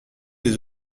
les